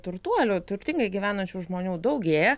turtuolių turtingai gyvenančių žmonių daugėja